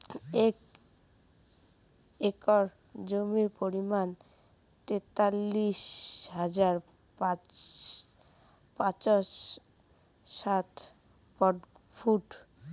এক একর জমির পরিমাণ তেতাল্লিশ হাজার পাঁচশ ষাইট বর্গফুট